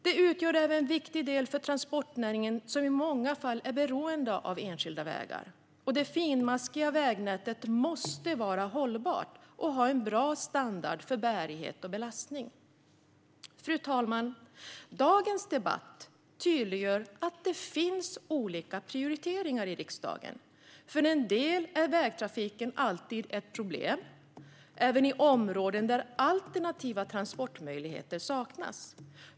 De utgör även en viktig del för transportnäringen som i många fall är beroende av enskilda vägar. Detta finmaskiga vägnät måste vara hållbart och ha en bra standard för bärighet och belastning. Fru talman! Dagens debatt tydliggör att det finns olika prioriteringar i riksdagen. För en del är vägtrafiken alltid ett problem även i områden där alternativa transportmöjligheter saknas.